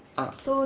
ah